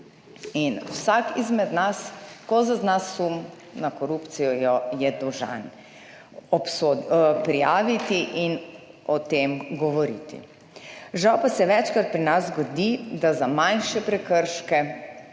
In vsak izmed nas, ko zazna sum na korupcijo jo je dolžan prijaviti in o tem govoriti. Žal pa se večkrat pri nas zgodi, da za manjše prekrške,